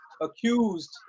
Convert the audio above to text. accused